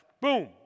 Boom